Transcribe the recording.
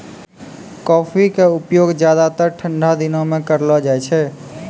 coffee के उपयोग ज्यादातर ठंडा दिनों मॅ करलो जाय छै